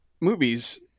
movies